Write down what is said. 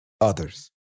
others